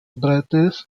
breites